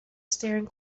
staring